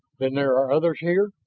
then there are others here,